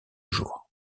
jour